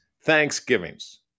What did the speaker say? Thanksgivings